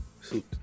suit